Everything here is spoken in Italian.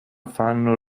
fanno